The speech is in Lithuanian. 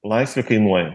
laisvė kainuoja